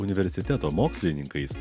universiteto mokslininkais